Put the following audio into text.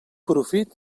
profit